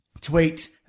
tweet